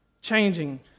changing